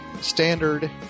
standard